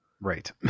Right